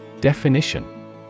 Definition